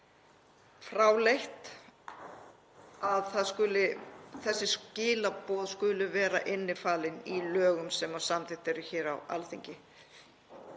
Það er líka fráleitt að þessi skilaboð skuli vera innifalin í þeim lögum sem samþykkt eru hér á Alþingi,